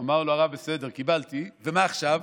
אמר לו הרב: בסדר, קיבלתי, ומה עכשיו?